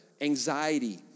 anxiety